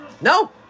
No